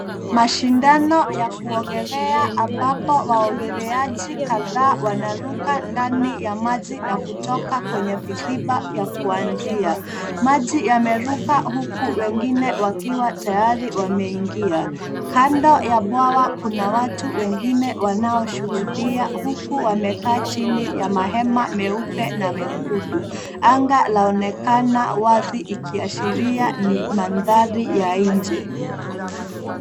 Mashindano ya kuogelea ambapo waogeleaji kadhaa wanaruka ndani ya maji na kutoka kwenye viziba vya kuanzia. Maji yameruka huku wengine wakiwa tayari wameingia. Kando ya bwawa kuna watu wengine wanaoshuhudia huku wamekaa chini ya mahema meupe na mekundu. Anga laonekana wazi ikiashiria ni mandhari ya nje.